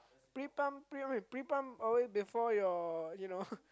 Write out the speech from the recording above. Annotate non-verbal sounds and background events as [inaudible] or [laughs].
pre pump pre uh pre pump always before your you know [laughs]